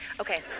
okay